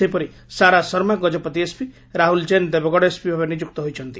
ସେହିଭଳି ସାରା ଶର୍ମା ହେଲେ Gajapati SP Rahul Jain Deogarh SP ଭାବେ ନିଯୁକ୍ତ ହୋଇଛନ୍ତି